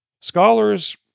Scholars